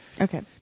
okay